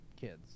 kids